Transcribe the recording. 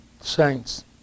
Saints